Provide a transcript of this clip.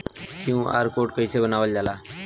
QR code कइसे बनवाल जाला?